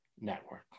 Network